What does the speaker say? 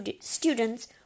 students